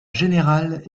générale